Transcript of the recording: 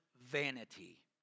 vanity